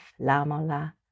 Lamola